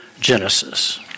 Genesis